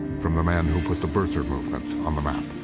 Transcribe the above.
from the man who put the birther movement on the map.